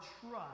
trust